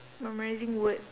memorising words